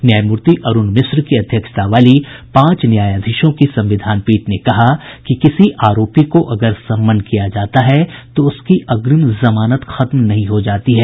न्यायमूर्ति अरूण मिश्र की अध्यक्षता वाली पांच न्यायाधीशों की संविधान पीठ ने कहा कि किसी आरोपी को अगर समन किया जाता है तो उसकी अग्रिम जमानत खत्म नहीं हो जाती है